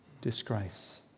disgrace